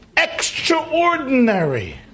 Extraordinary